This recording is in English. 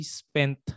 spent